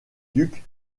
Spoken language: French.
duc